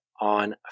on